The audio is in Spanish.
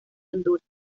honduras